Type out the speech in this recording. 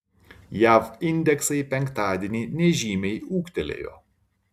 jav indeksai penktadienį nežymiai ūgtelėjo